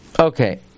Okay